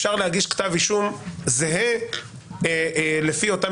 אפשר להגיש כתב אישום זהה לפי אותם